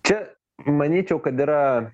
čia manyčiau kad yra